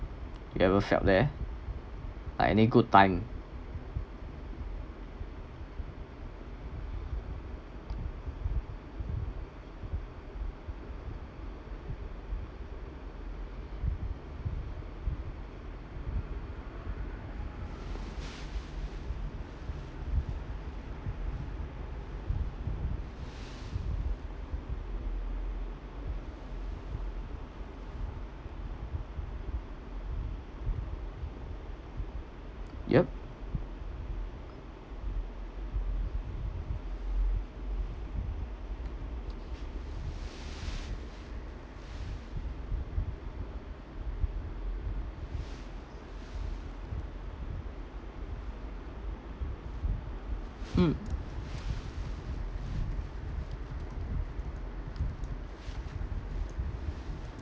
you ever felt there like any good time yup mm